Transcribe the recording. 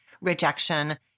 rejection